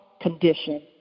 condition